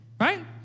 right